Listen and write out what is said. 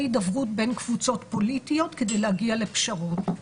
הידברות בין קבוצות פוליטיות כדי להגיע לפשרות.